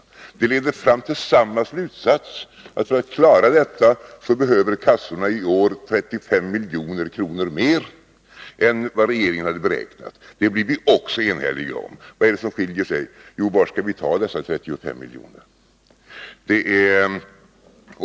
Detta leder fram till samma slutsats: för att klara detta behöver kassorna i år 35 miljoner mer än vad regeringen beräknat. Det är vi också eniga om. Vad skiljer oss? Jo, var vi skall ta dessa 35 miljoner.